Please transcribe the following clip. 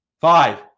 Five